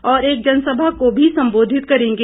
और एक जनसभा को भी सम्बोधित करेंगे